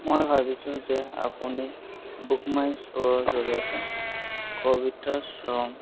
মই ভাবিছোঁ যে আপুনি বুকমাইশ্ব'ৰ জৰিয়তে কবিতা শ্লেমৰ